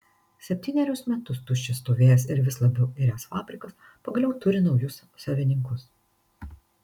septynerius metus tuščias stovėjęs ir vis labiau iręs fabrikas pagaliau turi naujus savininkus